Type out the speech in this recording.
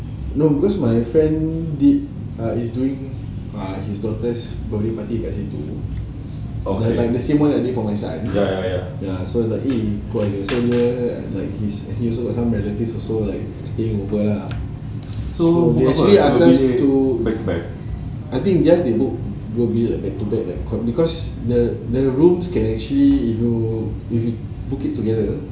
no because my friend did err is doing ah his daughter's birthday party kat situ like the same one I did for my son ya so like eh like he's some relative also like staying over lah they actually asked us to I think just they book dua bilik back to back because the the room can actually you know you book it together